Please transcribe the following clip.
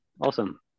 Awesome